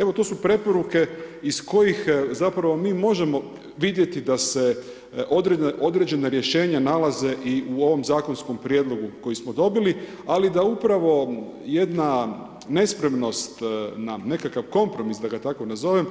Evo to su preporuke iz kojih zapravo mi možemo vidjeti da se određena rješenja nalaze i u ovom zakonskom prijedlogu koji smo dobili, ali da upravo jedna nespremnost na nekakav kompromis, da ga tako nazovem,